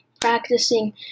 practicing